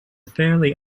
fairly